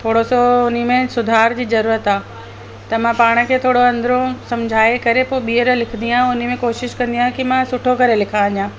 थोरो सो उन में सुधार जी ज़रूरत आहे त मां पाण खे थोरो अंदरो सम्झाए करे पोइ ॿीहर लिखदी आहियां उन में कोशिश कंदी आहियां की मां सुठो करे लिखा अञा